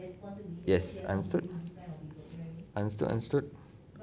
yes understood understood understood